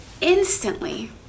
instantly